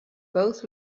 both